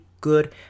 good